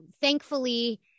thankfully